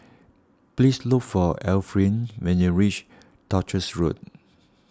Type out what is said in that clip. please look for Efrain when you reach Duchess Road